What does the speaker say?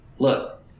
Look